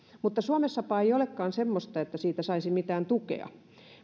mutta suomessapa ei ei olekaan semmoista että siihen saisi mitään tukea